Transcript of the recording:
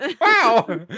Wow